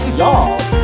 Y'all